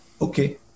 Okay